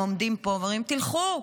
הם עומדים פה ואומרים: תלכו,